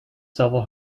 several